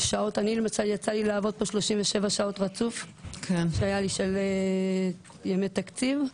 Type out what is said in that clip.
לי, למשל, יצא לעבוד פה 37 שעות רצוף בימי תקציב.